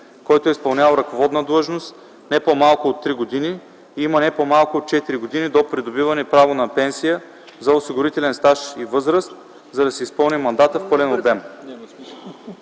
който е изпълнявал ръководна длъжност не по-малко от 3 години и има не по-малко от 4 години до придобиване право на пенсия за осигурителен стаж и възраст, за да си изпълни мандата в пълен обем.”